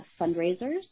fundraisers